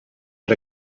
per